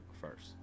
first